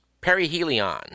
perihelion